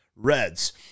Reds